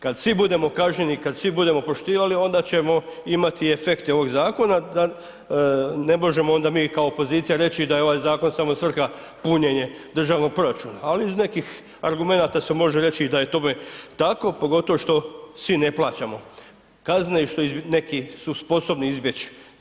Kad svi budemo kažnjeni i kad svi budemo poštivali onda ćemo imati efekte ovog zakona da ne možemo onda mi kao opozicija reći da je ovaj zakon samo svrha punjenje državnog proračuna ali iz nekih argumenata se može reći da je tome tako pogotovo što svi ne plaćamo kazne i što neki su sposobni izbjeći.